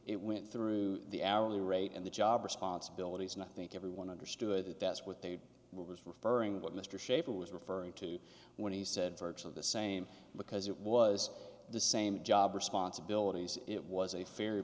it went through the hourly rate and the job responsibilities and i think everyone understood that that's what they was referring what mr shafer was referring to when he said virtue of the same because it was the same job responsibilities it was a fair